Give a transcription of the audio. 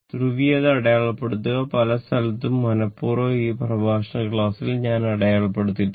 ധ്രുവീയത അടയാളപ്പെടുത്തുക പല സ്ഥലങ്ങളും മനപ്പൂർവ്വം ഈ പ്രഭാഷണ ക്ലാസിൽ ഞാൻ അടയാളപ്പെടുത്തിയിട്ടില്ല